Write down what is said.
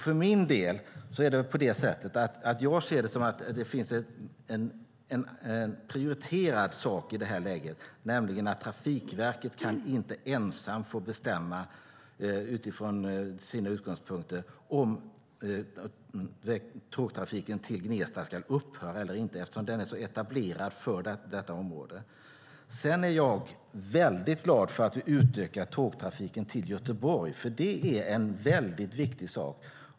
För min del ser jag det som att det finns en prioriterad sak i detta läge, nämligen att Trafikverket inte ensamt och utifrån sina utgångspunkter kan få bestämma om tågtrafiken till Gnesta ska upphöra eller inte eftersom den är så etablerad för detta område. Sedan är jag glad för att vi utökar tågtrafiken till Göteborg, för det är en väldigt viktig sak.